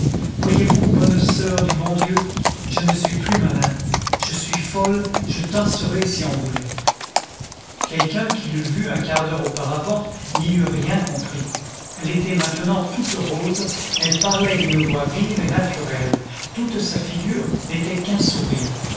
voyez-vous bonne soeur du bon dieu je ne suis plus malade je suis folle je danserais si on voulait quelqu'un qui l'eût vue un quart d'heure auparavant n'y eût rien compris elle était maintenant toute rose elle parlait d'une voix vive et naturelle toute sa figure n'était qu'un sourire